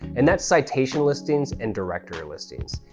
and that's citation listings and directory listings.